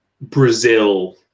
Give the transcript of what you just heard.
Brazil